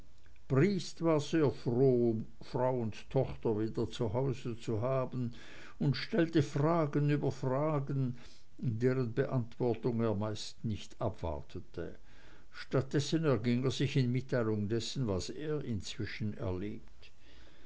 war sehr froh frau und tochter wieder zu hause zu haben und stellte fragen über fragen deren beantwortung er meist nicht abwartete statt dessen erging er sich in mitteilung dessen was er inzwischen erlebt